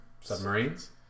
submarines